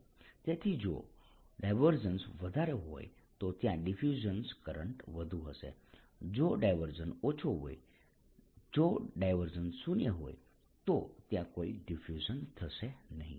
તેથી જો ∇ વધારે હોય તો ત્યાં ડિફ્યુઝન કરંટ વધુ હશે જો ∇ ઓછો હોય જો ∇ શૂન્ય હોય તો ત્યાં કોઈ ડિફ્યુઝન થશે નહીં